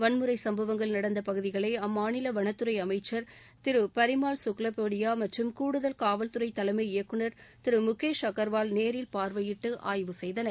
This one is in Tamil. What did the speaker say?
வன்முறை சம்பவங்கள் நடந்த பகுதிகளை அம்மாநில வனத்துறை அமைச்சர் திரு பரிமால் கக்கலபேடியா மற்றும் கூடுதல் காவல் துறை தலைமை இயக்குனர் திரு முகேஷ் அகார்வால் நேரில் பார்வையிட்டு ஆய்வு செய்தனர்